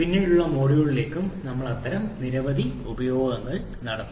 പിന്നീടുള്ള മൊഡ്യൂളുകളിലും ഞങ്ങൾ അത്തരം നിരവധി ഉപയോഗങ്ങൾ നടത്തും